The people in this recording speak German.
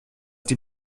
die